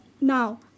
Now